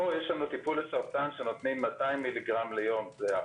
אם זה 2 מ"ג או 200 מ"ג לקילו, זה לא מש משנה.